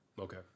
Okay